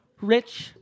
Rich